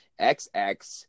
xx